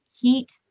heat